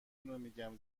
میگم